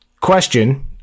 question